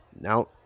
now